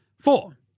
Four